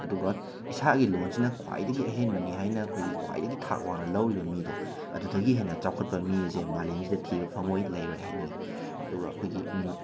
ꯑꯗꯨꯒ ꯏꯁꯥꯒꯤ ꯂꯣꯟꯁꯤꯅ ꯈ꯭ꯋꯥꯏꯗꯒꯤ ꯑꯍꯦꯟꯕꯅꯤ ꯍꯥꯏꯅ ꯑꯩꯈꯣꯏꯒꯤ ꯈ꯭ꯋꯥꯏꯗꯒꯤ ꯊꯥꯛ ꯋꯥꯡꯅ ꯂꯧꯔꯤꯕ ꯃꯤꯗꯣ ꯑꯗꯨꯗꯒꯤ ꯍꯦꯟꯅ ꯆꯥꯎꯈꯠꯄ ꯃꯤ ꯑꯁꯦ ꯃꯂꯦꯝꯁꯤꯗ ꯊꯤꯕ ꯐꯪꯉꯣꯏ ꯂꯩꯔꯣꯏ ꯍꯥꯏꯅꯤꯡꯏ ꯑꯗꯨꯒ ꯑꯩꯈꯣꯏꯒꯤ